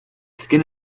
skin